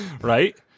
Right